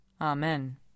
Amen